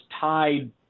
tied